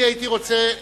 הוא שאל.